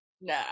Nah